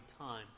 time